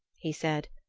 he said.